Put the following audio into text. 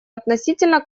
относительно